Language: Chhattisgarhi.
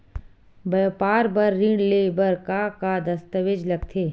व्यापार बर ऋण ले बर का का दस्तावेज लगथे?